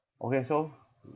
okay so